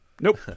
Nope